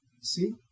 See